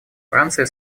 франция